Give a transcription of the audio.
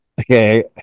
okay